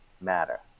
matter